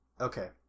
Okay